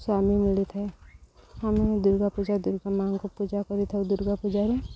ସ୍ୱାମୀ ମିଳିଥାଏ ଆମେ ଦୂର୍ଗା ପୂଜା ଦୂର୍ଗା ମା'ଙ୍କୁ ପୂଜା କରିଥାଉ ଦୂର୍ଗା ପୂଜାରେ